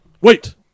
wait